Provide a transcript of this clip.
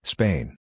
Spain